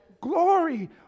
Glory